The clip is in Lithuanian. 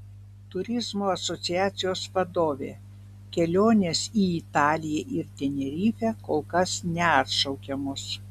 turizmo asociacijos vadovė kelionės į italiją ir tenerifę kol kas neatšaukiamos